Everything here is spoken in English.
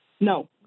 No